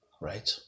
Right